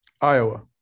Iowa